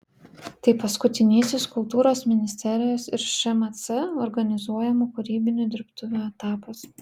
tai paskutinysis kultūros ministerijos ir šmc organizuojamų kūrybinių dirbtuvių etapas